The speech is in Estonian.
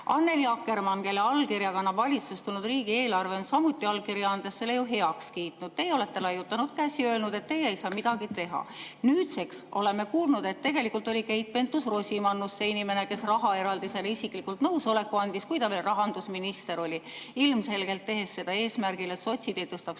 Annely Akkermann, kelle allkirja kannab valitsusest tulnud riigieelarve, on allkirja andes selle samuti heaks kiitnud. Teie olete laiutanud käsi ja öelnud, et teie ei saa midagi teha. Nüüdseks oleme kuulnud, et tegelikult oli Keit Pentus-Rosimannus see inimene, kes rahaeraldisele isiklikult nõusoleku andis, kui ta veel rahandusminister oli, tehes seda ilmselgelt eesmärgiga, et sotsid ei tõstaks